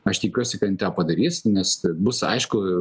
aš tikiuosi kad jin tą padarys nes tai bus aišku